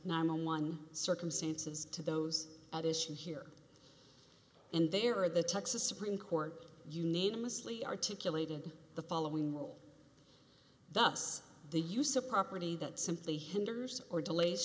nine one one circumstances to those at issue here and there are the texas supreme court unanimously articulated the following rule thus the use of property that simply hinders or delays